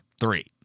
three